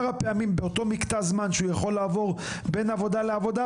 הפעמים באותו מקטע זמן שהוא יכול לעבור בין עבודה לעבודה,